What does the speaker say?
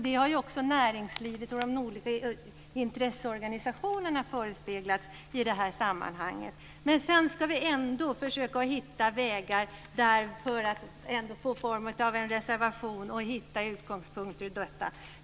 Det har också näringslivet och de olika intresseorganisationerna förespeglat i det här sammanhanget. Men sedan ska man ändå försöka att hitta vägar i form av en reservation och hitta utgångspunkter i denna.